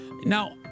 Now